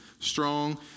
strong